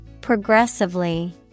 Progressively